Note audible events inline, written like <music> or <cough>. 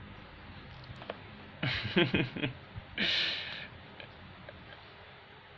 <laughs>